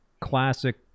classic